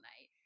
night